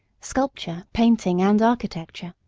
sculpture, painting and architecture.